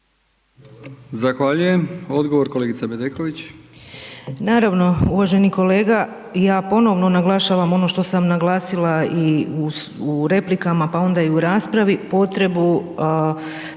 Zahvaljujem. Odgovor kolega Ćelić.